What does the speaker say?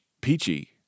peachy